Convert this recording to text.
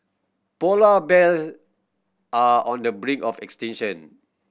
polar bear are on the brink of extinction